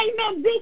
Amen